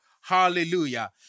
Hallelujah